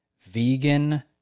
Vegan